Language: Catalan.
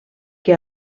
que